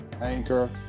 Anchor